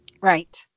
Right